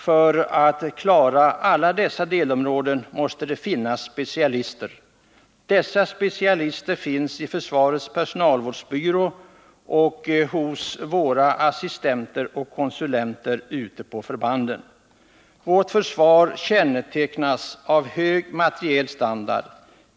För att klara dessa delområden måste det finnas specialister. Dessa specialister finns i försvarets personalvårdsbyrå och bland våra assistenter och konsulenter ute på förbanden. Vårt försvar kännetecknas av en hög materiell standard.